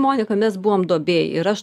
monika mes buvom duobėj ir aš